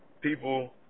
people